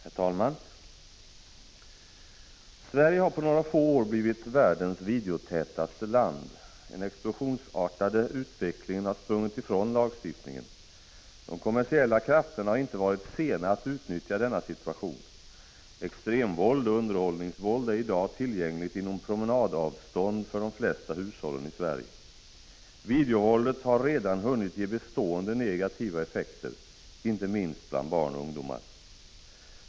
Herr talman! Sverige har på några få år blivit världens videotätaste land. Den explosionsartade utvecklingen har sprungit ifrån lagstiftningen. De kommersiella krafterna har inte varit sena att utnyttja denna situation. Extremvåld och underhållningsvåld är i dag tillgängligt inom promenadavstånd för de flesta hushållen i Sverige. Videovåldet har redan hunnit ge bestående negativa effekter — inte minst bland barn och ungdomar.